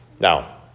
Now